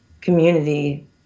community